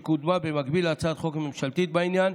והיא קודמה במקביל להצעת החוק הממשלתית בעניין.